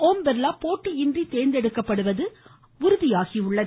ஓம்பிர்லா போடடியின்றி தேர்ந்தெடுக்கப்படுவது உறுதியாகியுள்ளது